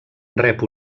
rep